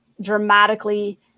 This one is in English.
dramatically